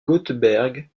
göteborg